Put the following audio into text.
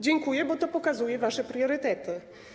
Dziękuję, bo to pokazuje wasze priorytety.